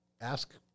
Ask